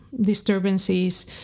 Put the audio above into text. disturbances